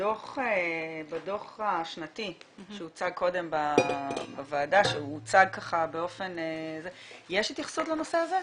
בדו"ח השנתי שהוצג קודם בוועדה יש התייחסות לנושא הזה?